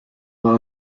war